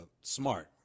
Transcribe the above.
Smart